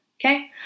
Okay